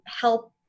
help